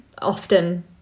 Often